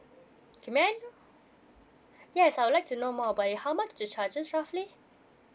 okay may I yes I would like to know more about it how much the charges roughly